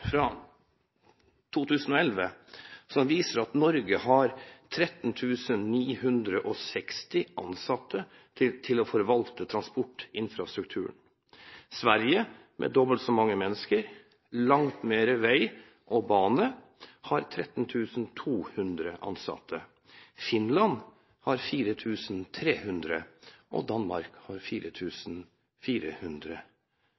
fra 2011 som viser at Norge har 13 960 ansatte til å forvalte transportinfrastrukturen, Sverige, med dobbelt så mange mennesker og langt mer vei og bane, har 13 200 ansatte, Finland har 4 300 og Danmark har